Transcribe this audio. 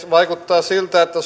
vaikuttaa siltä että